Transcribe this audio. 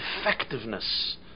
effectiveness